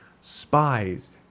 spies